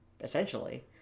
essentially